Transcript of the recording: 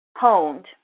honed